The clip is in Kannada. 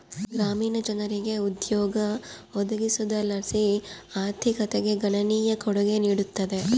ಗ್ರಾಮೀಣ ಜನರಿಗೆ ಉದ್ಯೋಗ ಒದಗಿಸೋದರ್ಲಾಸಿ ಆರ್ಥಿಕತೆಗೆ ಗಣನೀಯ ಕೊಡುಗೆ ನೀಡುತ್ತದೆ